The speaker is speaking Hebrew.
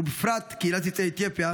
ובפרט קהילת יוצאי אתיופיה,